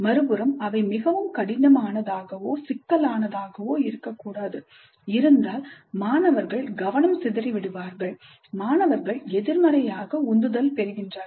மறுபுறம் அவை மிகவும் கடினமானதாகவோ சிக்கலானதாகவோ இருக்கக்கூடாது இருந்தால் மாணவர்கள் கவனம் சிதறி விடுவார்கள் மாணவர்கள் எதிர்மறையாக உந்துதல் பெறுகின்றார்கள்